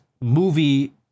movie